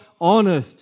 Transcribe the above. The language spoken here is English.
honored